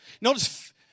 Notice